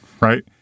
right